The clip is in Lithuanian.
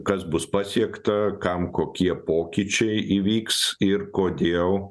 kas bus pasiekta kam kokie pokyčiai įvyks ir kodėl